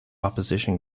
opposition